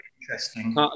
interesting